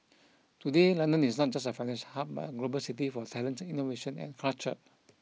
today London is not just a financial hub but a global city for talent innovation and culture